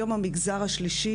היום המגזר השלישי,